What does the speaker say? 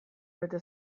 bete